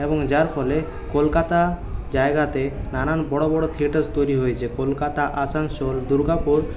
এবং যার ফলে কলকাতা জায়গাতে নানান বড় বড় থিয়েটারস তৈরি হয়েছে কলকাতা আসানসোল দুর্গাপুর